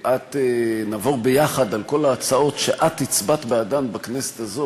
ונעבור ביחד על כל ההצעות שאת הצבעת בעדן בכנסת הזאת,